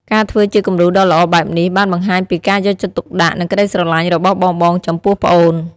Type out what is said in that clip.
ការធ្វើជាគំរូដ៏ល្អបែបនេះបានបង្ហាញពីការយកចិត្តទុកដាក់ និងក្ដីស្រឡាញ់របស់បងៗចំពោះប្អូន ។